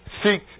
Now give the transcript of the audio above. seek